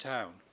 Town